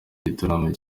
igitaramo